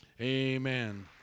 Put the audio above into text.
Amen